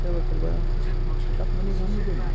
सोरबा सोरबा जात मोननै गाहामबो दोनो